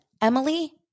Emily